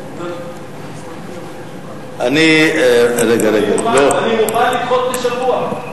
אני מוכן לדחות בשבוע.